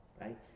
Right